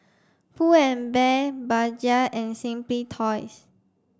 Pull and Bear Bajaj and Simply Toys